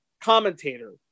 commentator